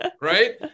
Right